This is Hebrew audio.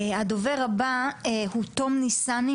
הדובר הבא הוא תום ניסני,